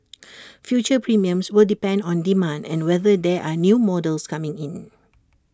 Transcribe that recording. future premiums will depend on demand and whether there are new models coming in